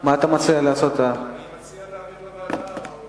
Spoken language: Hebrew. אני מציע להעביר לוועדה.